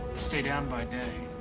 stay down by down,